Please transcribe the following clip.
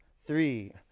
three